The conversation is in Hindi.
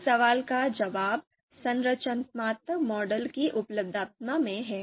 इस सवाल का जवाब संरचनात्मक मॉडल की उपलब्धता में है